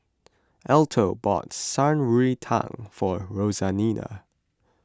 Alto bought Shan Rui Tang for Roseanna